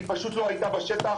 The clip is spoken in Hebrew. היא פשוט לא היתה בשטח,